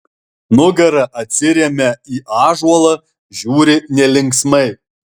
nugara atsiremia į ąžuolą žiūri nelinksmai